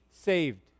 saved